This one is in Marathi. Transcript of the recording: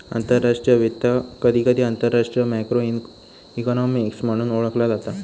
आंतरराष्ट्रीय वित्त, कधीकधी आंतरराष्ट्रीय मॅक्रो इकॉनॉमिक्स म्हणून ओळखला जाता